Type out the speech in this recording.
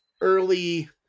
early